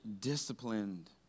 disciplined